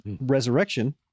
resurrection